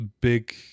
big